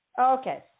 Okay